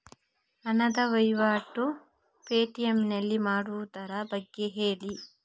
ಹಣದ ವಹಿವಾಟು ಪೇ.ಟಿ.ಎಂ ನಲ್ಲಿ ಮಾಡುವುದರ ಬಗ್ಗೆ ಹೇಳಿ